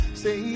say